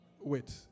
Wait